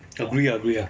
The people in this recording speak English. agree agree ah